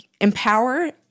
empower